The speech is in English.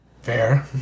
Fair